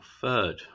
third